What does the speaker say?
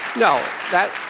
no,